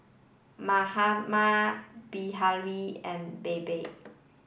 Mahatma Bilahari and Baba